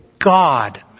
God